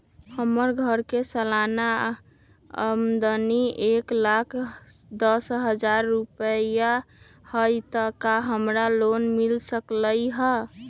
हमर घर के सालाना आमदनी एक लाख दस हजार रुपैया हाई त का हमरा लोन मिल सकलई ह?